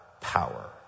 power